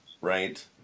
right